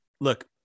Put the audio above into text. Look